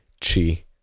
chi